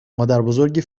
مادربزرگ